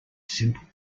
simple